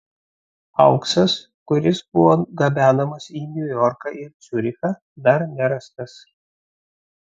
auksas kuris buvo gabenamas į niujorką ir ciurichą dar nerastas